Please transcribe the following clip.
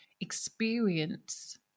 experience